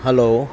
hello